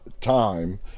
time